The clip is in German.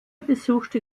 besuchte